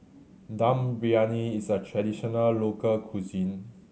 Dum Briyani is a traditional local cuisine